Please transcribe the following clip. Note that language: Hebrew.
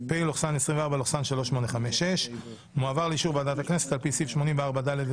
פ/3923/24 של חברת הכנסת יעל רון